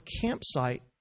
campsite